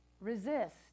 resist